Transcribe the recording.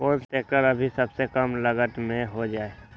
कौन सा ट्रैक्टर अभी सबसे कम लागत में हो जाइ?